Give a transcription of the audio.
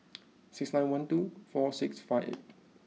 six nine one two four six five eight